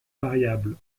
variable